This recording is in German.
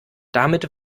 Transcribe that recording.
damit